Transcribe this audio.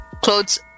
clothes